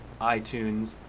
iTunes